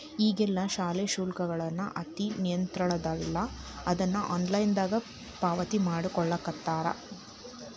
ಈಗೆಲ್ಲಾ ಶಾಲಾ ಶುಲ್ಕ ಅಂತೇನಿರ್ತದಲಾ ಅದನ್ನ ಆನ್ಲೈನ್ ದಾಗ ಪಾವತಿಮಾಡ್ಕೊಳ್ಳಿಖತ್ತಾರ